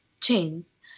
chains